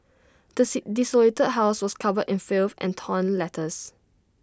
the desolated house was covered in filth and torn letters